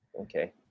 okay